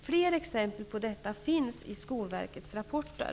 Fler exempel på detta finns i Skolverkets rapporter.